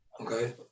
Okay